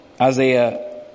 Isaiah